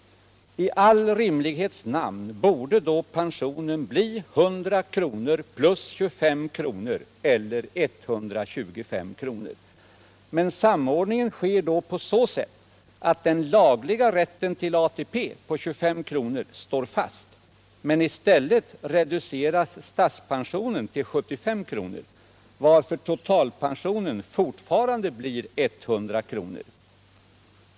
I all rimlighets namn borde då pensionen bli 100 kr. plus 25 kr., eller 125 kr. Men samordningen sker då på så sätt att den lagliga rätten till ATP på 25 kr. står fast, men i stället reduceras statspensionen till 75 kr., varför totalpensionen fortfarande blir 100 kr.